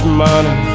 money